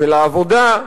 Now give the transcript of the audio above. ולעבודה,